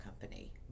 company